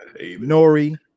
Nori